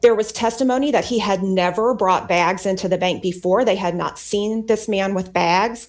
there was testimony that he had never brought bags into the bank before they had not seen this man with bags